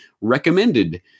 recommended